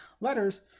letters